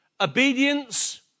Obedience